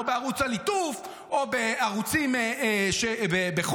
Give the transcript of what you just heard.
או בערוץ הליטוף או בערוצים בחו"ל,